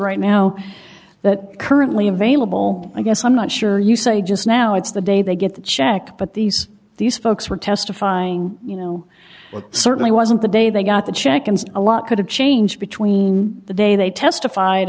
right now that currently available i guess i'm not sure you say just now it's the day they get the check but these these folks were testifying you know it certainly wasn't the day they got the check ins a lot could have changed between the day they testified